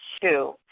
two